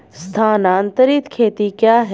स्थानांतरित खेती क्या है?